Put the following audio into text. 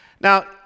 Now